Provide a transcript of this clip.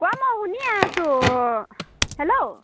কোৱা মই শুনিয়ে আছোঁ হেল্ল'